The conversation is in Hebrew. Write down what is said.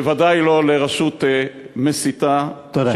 בוודאי לא לרשות מסיתה, תודה.